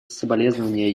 соболезнования